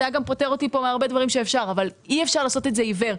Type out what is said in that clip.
וזה היה גם פותר אותי פה מהרבה דברים שאפשר אי-אפשר לעשות את זה עיוור.